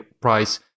price